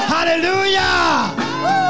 Hallelujah